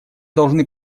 должны